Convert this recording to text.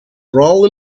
brawl